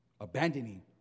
abandoning